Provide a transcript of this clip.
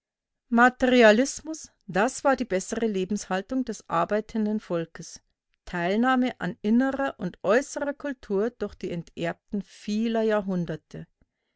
materialismus das war die bessere lebenshaltung des arbeitenden volkes teilnahme an innerer und äußerer kultur durch die enterbten vieler jahrhunderte